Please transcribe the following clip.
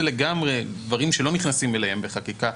זה לגמרי דברים שלא נכנסים אליהם בחקיקה,